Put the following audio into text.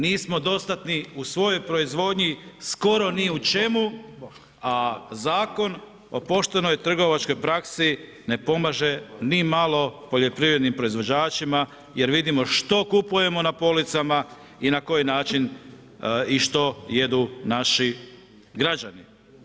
Nismo dostatni u svojoj proizvodnji skoro ni u čemu, a Zakon o poštenoj trgovačkoj praksi ne pomaže nimalo poljoprivrednim proizvođačima jer vidimo što kupujemo na policama i na koji način i što jedu naši građani.